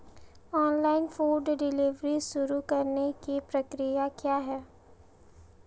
Online food delivery शुरू करने की प्रक्रिया क्या है?